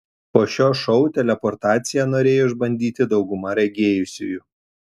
po šio šou teleportaciją norėjo išbandyti dauguma regėjusiųjų